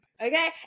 Okay